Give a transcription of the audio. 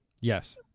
Yes